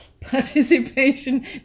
participation